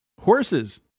Horses